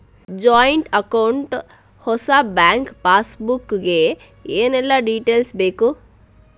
Joint account ಹೊಸ bank passbook ಗೆ ಏನೆಲ್ಲ ಡೀಟೇಲ್ಸ್ ಬೇಕು?